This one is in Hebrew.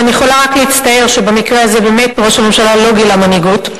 ואני יכולה רק להצטער שבמקרה הזה באמת ראש הממשלה לא גילה מנהיגות,